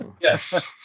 Yes